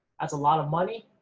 that's a lot of money.